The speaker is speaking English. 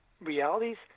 realities